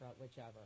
whichever